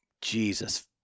Jesus